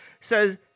says